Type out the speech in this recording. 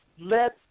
let